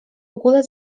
ogóle